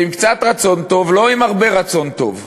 שעם קצת רצון טוב, לא עם הרבה רצון טוב,